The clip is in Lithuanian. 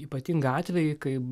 ypatingą atvejį kai